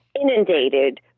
inundated